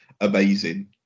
amazing